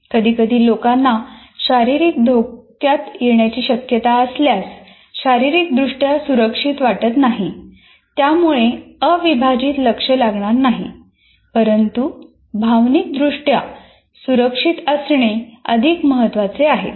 कधीकधी लोकांना शारीरिक धोक्यात येण्याची शक्यता असल्यास शारीरिकदृष्ट्या सुरक्षित वाटत नाही त्यामुळे अविभाजित लक्ष लागणार नाही परंतु भावनिकदृष्ट्या सुरक्षित असणे अधिक महत्वाचे आहे